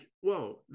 whoa